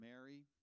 Mary